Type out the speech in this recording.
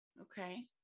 okay